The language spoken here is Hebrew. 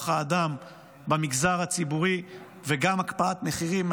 האדם במגזר הציבורי וגם הקפאת מחירים,